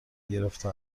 گرفته